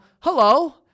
hello